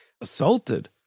assaulted